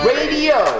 Radio